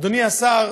אדוני השר,